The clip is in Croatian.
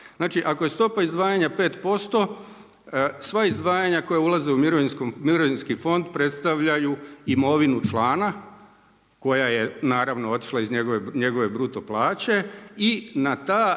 Znači, ako je stopa izdvajanja 5%, sva izdvajanja koja ulaze u mirovinski fond predstavljaju imovinu člana koja je otišla iz njegove bruto plaće i na tu